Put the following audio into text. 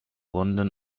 london